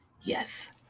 Yes